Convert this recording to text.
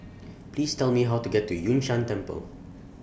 Please Tell Me How to get to Yun Shan Temple